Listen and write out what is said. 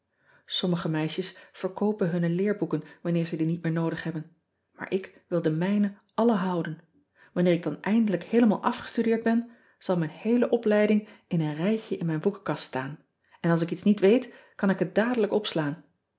ommige meisjes verkoopen hunne leerboeken wanneer ze die niet meer noodig hebben maar ik wil de mijne alle houden anneer ik dan eindelijk heelemaal afgestudeerd ben zal mijn heele opleiding in een rijtje in mijn boekenkast staan en als ik iets niet weet kan ik het dadelijk opslaan